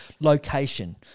location –